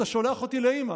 אתה שולח אותי לאימא,